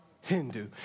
Hindu